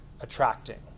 attracting